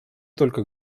только